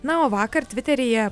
na o vakar tviteryje